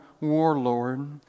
warlord